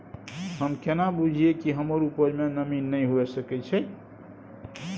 हम केना बुझीये कि हमर उपज में नमी नय हुए सके छै?